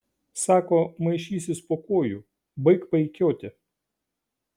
sako maišysis po kojų baik paikioti